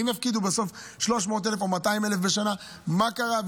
ואם יפקידו בסוף 300,000 או 200,000 בשנה, מה קרה?